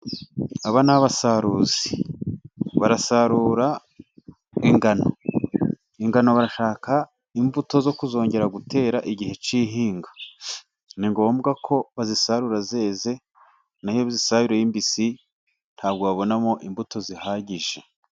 Aba ni abasaruzi. barasarura nk'ingano. ingano barashaka imbuto zo kuzongera gutera igihe cy'ihinga, ni ngombwa ko bazisarura zeze naho iyo uzizaruye ari mbisi ntabwo wabonamo imbuto zihagije.